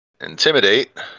intimidate